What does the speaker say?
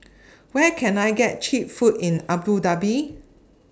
Where Can I get Cheap Food in Abu Dhabi